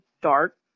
dark